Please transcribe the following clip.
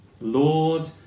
Lord